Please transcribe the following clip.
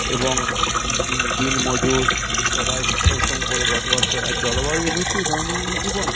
এবং দীনমজুর সবাই ওরকম করে বসবাস করে আর জলবায়ু ঋতু দৈনন্দিন জীবন